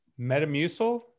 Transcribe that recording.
metamucil